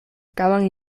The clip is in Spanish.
acaban